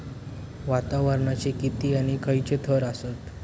वातावरणाचे किती आणि खैयचे थर आसत?